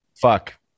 fuck